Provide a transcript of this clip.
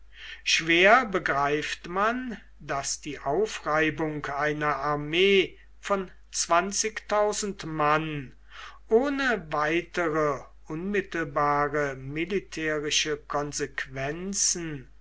schwer begreift man daß die aufreibung einer armee von mann ohne weitere unmittelbare militärische konsequenzen